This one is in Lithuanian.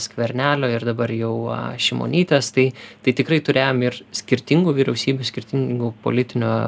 skvernelio ir dabar jau šimonytės tai tai tikrai turėjom ir skirtingų vyriausybių skirtingų politinių